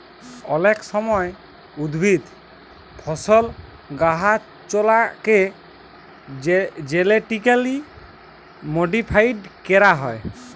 অলেক সময় উদ্ভিদ, ফসল, গাহাচলাকে জেলেটিক্যালি মডিফাইড ক্যরা হয়